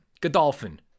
Godolphin